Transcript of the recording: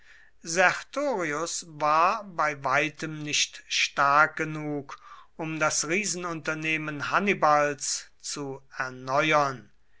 sertorius war bei weitem nicht stark genug um das riesenunternehmen hannibals zu erneuern